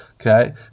okay